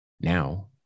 now